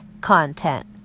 content